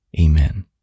Amen